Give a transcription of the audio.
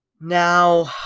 Now